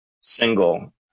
single